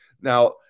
Now